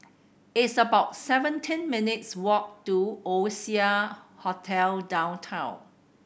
it's about seventeen minutes' walk to Oasia Hotel Downtown